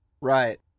Right